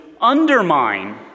undermine